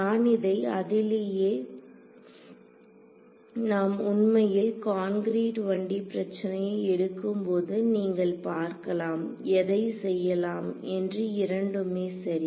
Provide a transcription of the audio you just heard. நான் இதை அதிலேயே நாம் உண்மையில் கான்கிரீட் 1D பிரச்சனையை எடுக்கும்போது நீங்கள் பார்க்கலாம் எதை செய்யலாம் என்று இரண்டுமே சரி